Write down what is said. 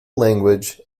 language